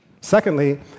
Secondly